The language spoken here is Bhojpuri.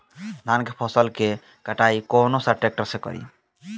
धान के फसल के कटाई कौन सा ट्रैक्टर से करी?